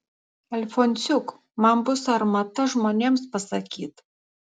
alfonsiuk man bus sarmata žmonėms pasakyt